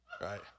right